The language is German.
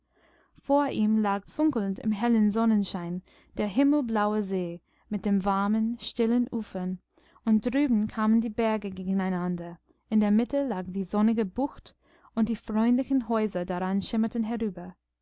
vor ihm lag funkelnd im hellen sonnenschein der himmelblaue see mit den warmen stillen ufern und drüben kamen die berge gegeneinander in der mitte lag die sonnige bucht und die freundlichen häuser daran schimmerten herüber